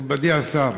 מכובדי השר,